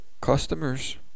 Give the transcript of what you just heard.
customers